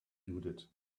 judith